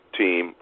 team